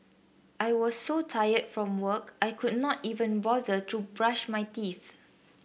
I was so tired from work I could not even bother to brush my teeth